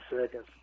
seconds